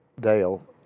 Dale